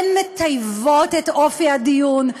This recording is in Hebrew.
הן מטייבות את אופי הדיון,